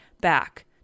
back